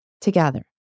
together